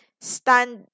stand